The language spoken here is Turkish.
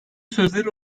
sözleri